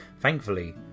Thankfully